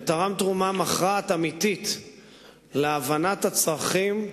ותרם תרומה מכרעת אמיתית להבנת הצרכים,